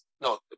no